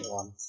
one